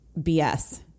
BS